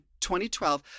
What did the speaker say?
2012